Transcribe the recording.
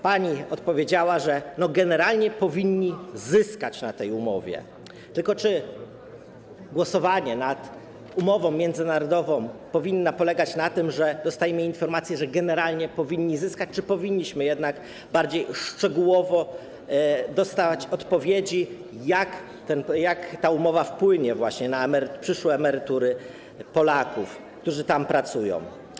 Pani odpowiedziała, że generalnie powinni zyskać na tej umowie, tylko czy głosowanie nad umową międzynarodową powinno polegać na tym, że dostajemy informację, że generalnie powinni zyskać, czy powinniśmy jednak bardziej szczegółowo dostawać odpowiedzi, jak ta umowa wpłynie na przyszłe emerytury Polaków, którzy tam pracują.